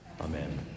Amen